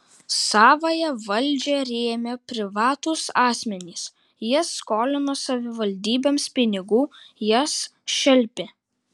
savąją valdžią rėmė privatūs asmenys jie skolino savivaldybėms pinigų jas šelpė